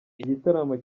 igitaramo